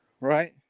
right